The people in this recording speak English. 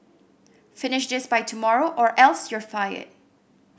finish this by tomorrow or else you'll fired